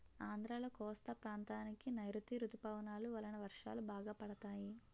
ఆంధ్రాలో కోస్తా ప్రాంతానికి నైరుతీ ఋతుపవనాలు వలన వర్షాలు బాగా పడతాయి